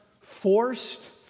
forced